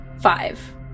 five